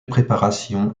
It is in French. préparation